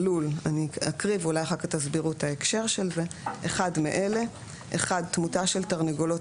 בלול אחד מאלה: תמותה של תרנגולות